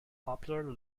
popular